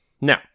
Now